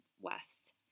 west